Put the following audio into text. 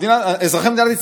כנסת נכבדה,